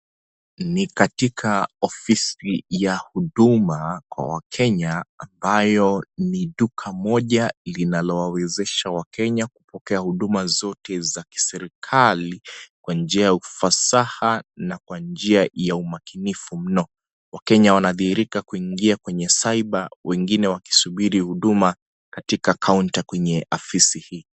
Ni katika ofisi ya huduma kwa wakenya ambayo ni duka moja linalowawezesha wakenya kupokea huduma zote za kiserikali kwa njia ya ufasaha na kwa njia ya umakinifu mno. Wakenya wanadhihirika kuingia kwenye cyber wengine wakisubiri huduma katika counter kwenye afisi hii.